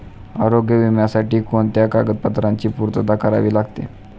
आरोग्य विम्यासाठी कोणत्या कागदपत्रांची पूर्तता करावी लागते?